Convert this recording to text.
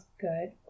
good